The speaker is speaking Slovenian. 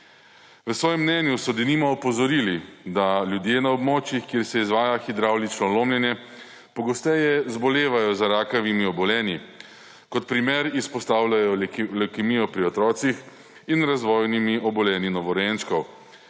V svojem mnenju so denimo opozorili, da ljudje na območjih, kjer se izvaja hidravlično lomljenje, pogosteje zbolevajo za rakavimi obolenji. Kot primer izpostavljajo levkemijo pri otrocih in razvojnimi obolenji novorojenčkov,